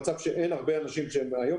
היום,